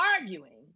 arguing